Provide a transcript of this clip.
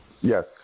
Yes